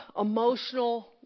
emotional